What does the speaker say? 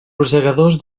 rosegadors